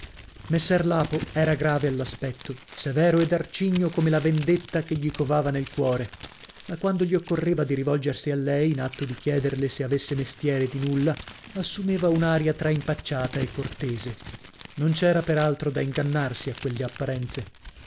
messer lapo era grave all'aspetto severo ed arcigno come la vendetta che gli covava nel cuore ma quando gli occorreva di rivolgersi a lei in atto di chiederle se avesse mestieri di nulla assumeva un'aria tra impacciata e cortese non c'ora per altro da ingannarsi a quelle apparenze